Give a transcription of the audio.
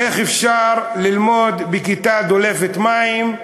איך אפשר ללמוד בכיתה דולפת מים,